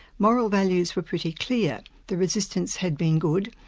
moral values were pretty clear. the resistance had been good,